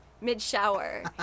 mid-shower